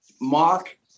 Mark